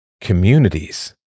communities